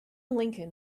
lincoln